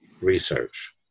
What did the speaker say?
research